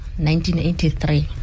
1983